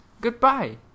goodbye